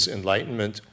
enlightenment